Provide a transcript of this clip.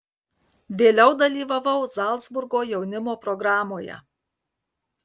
vėliau dalyvavau zalcburgo jaunimo programoje